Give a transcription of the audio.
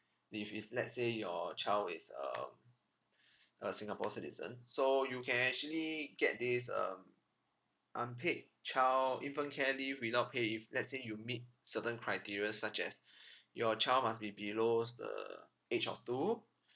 if if let's say your child is um a singapore citizen so you can actually get this um unpaid child infant care leave without pay if let's say you meet certain criteria such as your child must be below the age of two